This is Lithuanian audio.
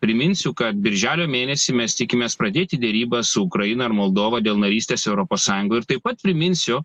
priminsiu kad birželio mėnesį mes tikimės pradėti derybas su ukraina ir moldova dėl narystės europos sąjungoj ir taip pat priminsiu